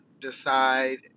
decide